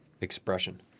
expression